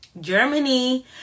Germany